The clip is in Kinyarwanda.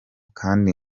kandi